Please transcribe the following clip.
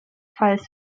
fall